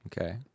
okay